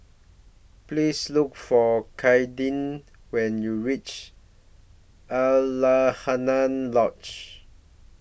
Please Look For Kayden when YOU REACH Alaunia Lodge